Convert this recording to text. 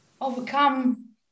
overcome